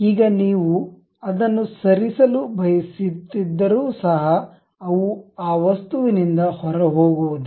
ಈಗ ನೀವು ಅದನ್ನು ಸರಿಸಲು ಬಯಸಿದ್ದರೂ ಸಹ ಅವು ಆ ವಸ್ತುವಿನಿಂದ ಹೊರಹೋಗುವುದಿಲ್ಲ